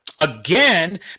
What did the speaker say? Again